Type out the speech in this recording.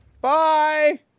Bye